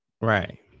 Right